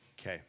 Okay